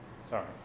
Sorry